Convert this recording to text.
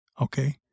Okay